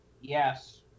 yes